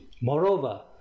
Moreover